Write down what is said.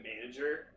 manager